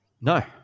No